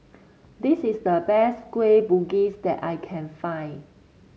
this is the best Kueh Bugis that I can find